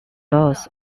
loss